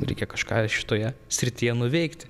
reikia kažką šitoje srityje nuveikti